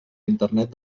internet